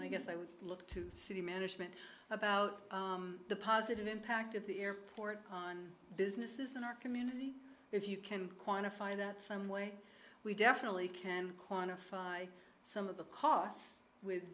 i guess i would look to see management about the positive impact of the airport on businesses in our community if you can quantify that some way we definitely can quantify some of the costs with